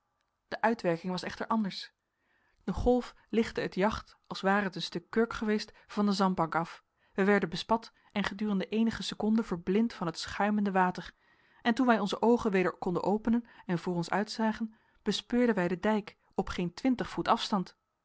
de uitwerking was echter anders de golf lichtte het jacht als ware het een stuk kurk geweest van de zandbank af wij werden bespat en gedurende eenige seconden verblind van het schuimende water en toen wij onze oogen weder konden openen en voor ons uitzagen bespeurden wij den dijk op geen twintig voet afstand